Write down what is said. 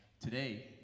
today